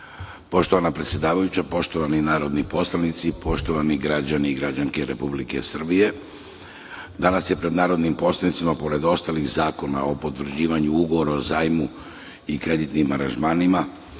Poštovana predsedavajuća, poštovani narodni poslanici, poštovani građani i građanke Republike Srbije, danas je pred narodnim poslanicima, pored ostalih zakona o potvrđivanju ugovora o zajmu i kreditnim aranžmanima,